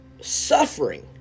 suffering